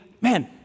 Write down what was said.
man